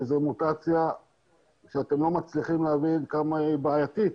שזה מוטציה שאתם לא מצליחים להבין כמה היא בעייתית.